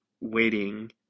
waiting